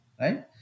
right